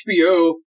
HBO